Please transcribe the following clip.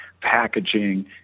packaging